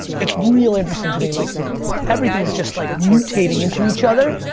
it's real interesting to me. like everything's just like mutating into each other.